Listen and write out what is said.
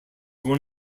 one